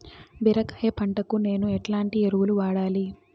బీరకాయ పంటకు నేను ఎట్లాంటి ఎరువులు వాడాలి?